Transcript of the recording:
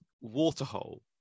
waterhole